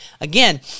Again